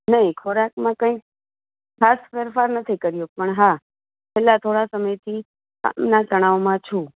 નહીં ખોરાકમાં કઈ ખાસ ફેરફાર નથી કર્યો પણ હા છેલ્લા થોડા સમયથી મેં તણાવમાં છું